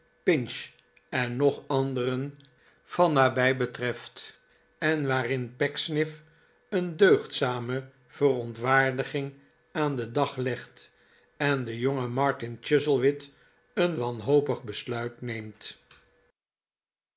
en nog anderen van nabij betreft en waarin pecksniff een deugdzame verontwaardiging aan den dag legt en de jonge martin chuzziewit een wanhopig besluit neemtf